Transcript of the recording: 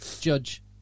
judge